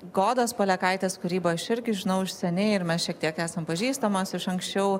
godos palekaitės kūryba aš irgi žinau iš seniai ir mes šiek tiek esam pažįstamos iš anksčiau